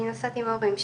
אני נוסעת עם ההורים שלי.